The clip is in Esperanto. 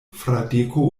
fradeko